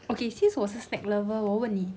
okay since 我是 snack lover 我问你